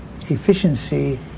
efficiency